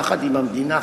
יחד עם המדינה,